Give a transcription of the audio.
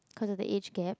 cause of the age gap